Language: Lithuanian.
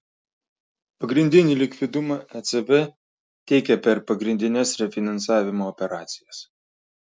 pagrindinį likvidumą ecb teikia per pagrindines refinansavimo operacijas